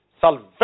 Salvation